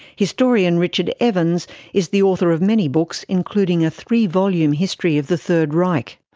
historian richard evans is the author of many books, including a three-volume history of the third reich.